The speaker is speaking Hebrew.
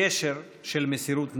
קשר של מסירות נפש.